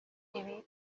ibi